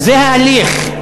זה ההליך.